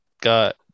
got